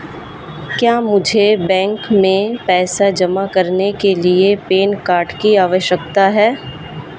क्या मुझे बैंक में पैसा जमा करने के लिए पैन कार्ड की आवश्यकता है?